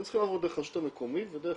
הם צריכים לעבור דרך הרשות המקומית ודרך